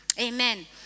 Amen